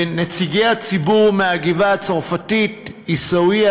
נציגי הציבור מהגבעה-הצרפתית ועיסאוויה,